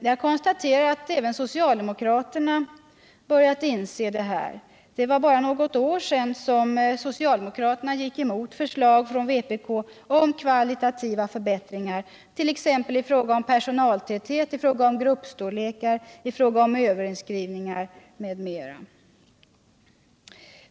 Jag konstaterar att även socialdemokraterna har börjat inse detta, men för bara något år sedan gick socialdemokraterna emot krav från vpk-håll på kvalitativa förbättringar, t.ex. i fråga om personaltäthet, gruppstorlekar, överinskrivningar m.m.